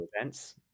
events